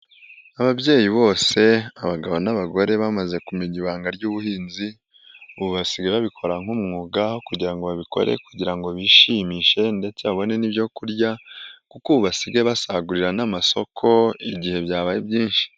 Ababyeyi bose abagabo n'abagore bamaze kumenya ibanga ry'ubuhinzi ubu basigaye babikora nk'umwuga kugira ngo babikore kugira ngo bishimishe ndetse babone n'ibyo kurya kuko ubu basigaye basagurira n'amasoko igihe byabaye byinshi.